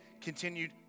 continued